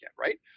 Right